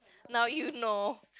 now you know